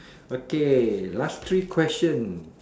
okay last three questions